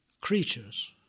creatures